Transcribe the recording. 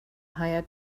hire